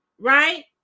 right